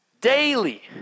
daily